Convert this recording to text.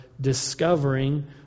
discovering